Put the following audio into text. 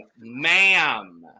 ma'am